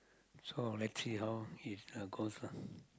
so let's see how he uh goes lah